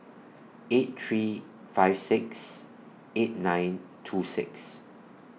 eight three five six eight nine two six